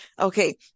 Okay